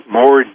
more